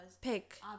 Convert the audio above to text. pick